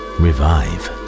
revive